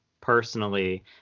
personally